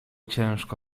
ciężko